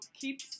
keep